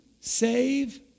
save